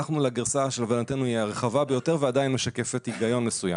הלכנו על הגרסה שלהבנתנו היא הרחבה ביותר ועדיין משקפת היגיון מסוים.